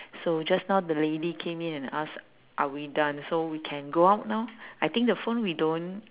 so just now the lady came in and ask are we done so we can go out now I think the phone we don't